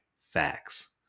facts